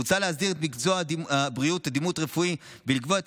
מוצע להסדיר את מקצוע הבריאות דימות רפואית ולקבוע את